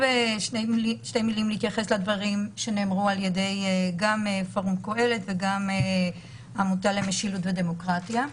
אתייחס לדברים שנאמרו על ידי פורום קהלת והעמותה למשילות ודמוקרטיה.